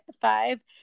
five